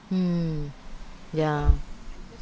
mm yeah